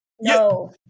No